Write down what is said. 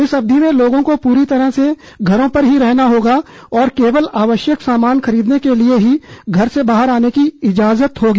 इस अवधि में लोगों को पूरी तरह से घरों पर ही रहना होगा और केवल आवश्यक सामान खरीदने के लिए ही घर से बाहर आने की इजाजत होगी